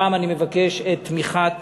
הפעם אני מבקש את תמיכת